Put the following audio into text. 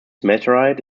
meteorite